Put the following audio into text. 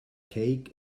cake